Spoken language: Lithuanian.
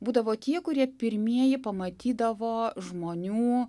būdavo tie kurie pirmieji pamatydavo žmonių